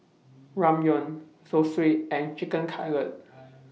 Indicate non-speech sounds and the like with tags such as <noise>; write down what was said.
Ramyeon Zosui and Chicken Cutlet <noise>